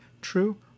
true